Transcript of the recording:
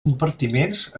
compartiments